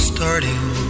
Starting